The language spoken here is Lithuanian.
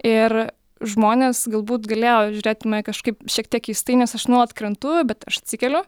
ir žmonės galbūt galėjo žiūrėti į mane kažkaip šiek tiek keistai nes aš nuolat krentu bet aš atsikeliu